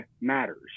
matters